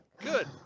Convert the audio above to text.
Good